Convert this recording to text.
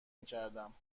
میکردم